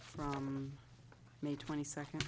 from may twenty second